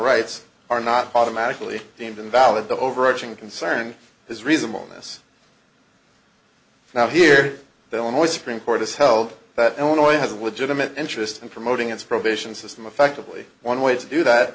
rights are not automatically deemed invalid the overarching concern is reasonable this now here the only supreme court has held that illinois has a legitimate interest in promoting its probation system effectively one way to do that